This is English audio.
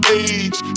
age